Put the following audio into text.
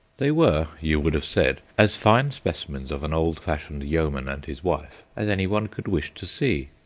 they were, you would have said, as fine specimens of an old-fashioned yeoman and his wife as anyone could wish to see.